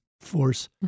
force